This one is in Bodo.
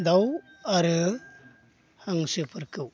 दाउ आरो हांसोफोरखौ